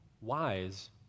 wise